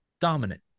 dominant